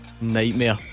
Nightmare